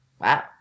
Wow